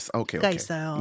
okay